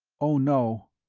oh, no.